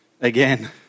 Again